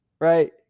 right